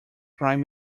prime